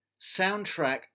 Soundtrack